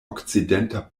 okcidenta